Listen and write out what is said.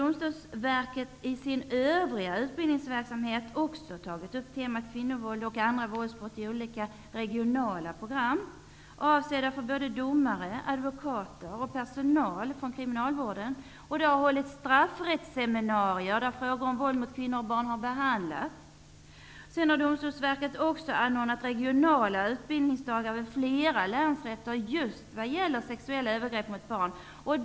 Domstolsverket har vidare i sin övriga utbildningsverksamhet tagit upp temat kvinnovåld och andra våldsbrott i olika regionala program, avsedda för både domare, advokater och personal från kriminalvården. Det har också hållits straffrättsseminarier, där frågor om våld mot kvinnor och barn har behandlats. Domstolsverket har också anordnat regionala utbildningsdagar vid flera länsrätter just om sexuella övergrepp mot barn.